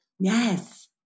Yes